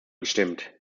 gestimmt